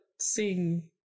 sing